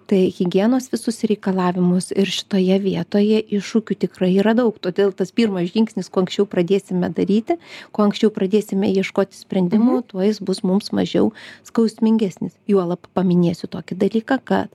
tai higienos visus reikalavimus ir šitoje vietoje iššūkių tikrai yra daug todėl tas pirmas žingsnis kuo anksčiau pradėsime daryti kuo anksčiau pradėsime ieškoti sprendimų tuo jis bus mums mažiau skausmingesnis juolab paminėsiu tokį dalyką kad